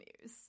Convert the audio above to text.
news